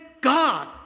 God